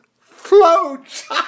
Floats